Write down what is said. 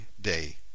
day